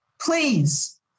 Please